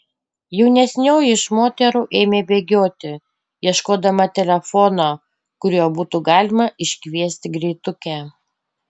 jaunesnioji iš moterų ėmė bėgioti ieškodama telefono kuriuo būtų galima iškviesti greitukę